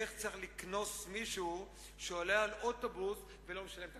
איך צריך לקנוס מישהו שעולה לאוטובוס ולא משלם כרטיס.